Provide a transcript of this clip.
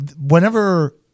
whenever –